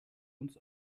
uns